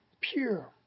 pure